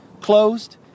closed